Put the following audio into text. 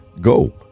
go